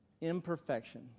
Imperfection